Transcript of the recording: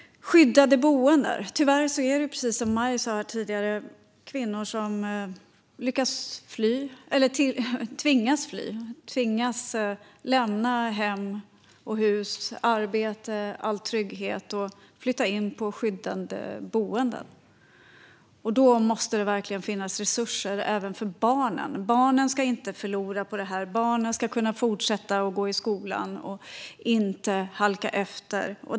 Precis som Maj sa finns det tyvärr kvinnor som tvingas fly och lämna hus, hem och arbete och flytta in på skyddade boenden. Då måste det finnas resurser även för barnen. Barnen ska inte förlora på detta, utan de ska kunna fortsätta att gå i skolan och inte halka efter.